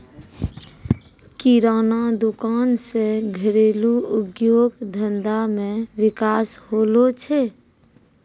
किराना दुकान से घरेलू उद्योग धंधा मे विकास होलो छै